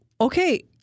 okay